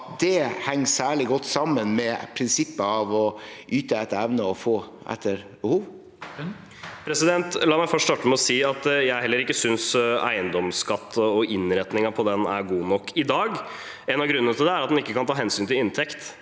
det henger særlig godt sammen med prinsippet om å yte etter evne og få etter behov. Tobias Drevland Lund (R) La meg først starte med å si at jeg heller ikke synes eiendomsskatten og innretningen av den er god nok i dag. En av grunnene til det er at den ikke kan ta hensyn til inntekt.